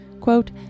quote